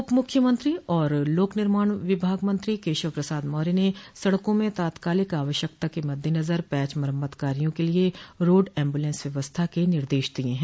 उप मुख्यमंत्री और लोक निर्माण विभाग मंत्री केशव प्रसाद मौर्य ने सड़कों में तात्कालिक आवश्यकता के मद्देनजर पैच मरम्मत कार्यो के लिये रोड ऐम्बुलेंस व्यवस्था के निर्देश दिये हैं